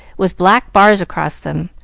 with black bars across them.